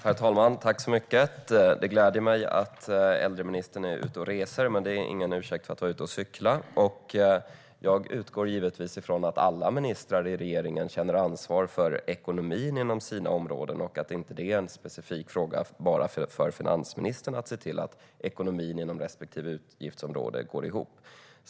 Herr talman! Det gläder mig att äldreministern är ute och reser, men det är ingen ursäkt för att vara ute och cykla. Jag utgår från att alla ministrar i regeringen känner ansvar för ekonomin inom sina områden och att det inte är en specifik fråga bara för finansministern att se till att ekonomin inom respektive utgiftsområde går ihop.